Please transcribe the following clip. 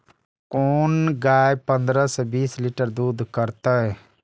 कोन गाय पंद्रह से बीस लीटर दूध करते?